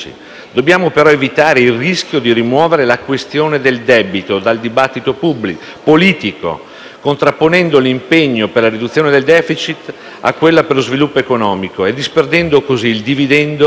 Dobbiamo, però, evitare il rischio di rimuovere la questione del debito dal dibattito politico contrapponendo l'impegno per la riduzione del *deficit* a quello per lo sviluppo economico e disperdendo così il dividendo